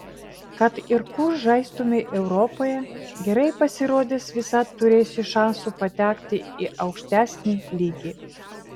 kad ir kur žaistumei europoje gerai pasirodęs visad turėsi šansų patekti į aukštesnį lygį